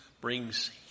brings